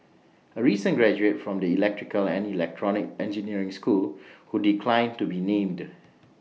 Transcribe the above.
A recent graduate from the electrical and electronic engineering school who declined to be named